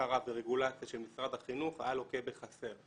בקרה ורגולציה של משרד החינוך, היה לוקה בחסר.